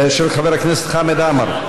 של חבר הכנסת חמד עמאר.